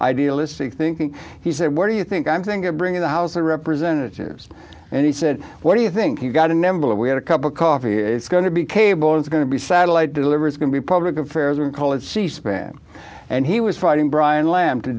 idealistic thinking he said what do you think i'm thinking of bringing the house of representatives and he said what do you think you've got a number we had a cup of coffee is going to be cable is going to be satellite deliver is going to be public affairs and call it c span and he was fighting brian lamb to